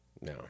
No